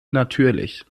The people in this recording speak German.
natürlich